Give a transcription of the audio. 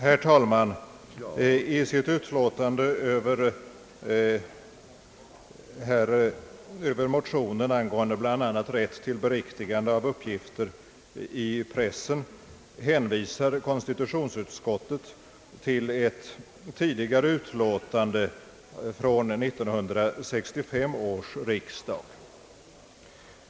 Herr talman! I sitt utlåtande över motionen om bl.a. rätt till beriktigande av uppgifter i pressen hänvisar konstitutionsutskottet till ett utlåtande vid 1965 års riksdag.